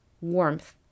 warmth